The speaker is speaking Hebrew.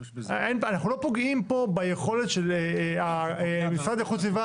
אנחנו לא פוגעים פה ביכולת של משרד איכות הסביבה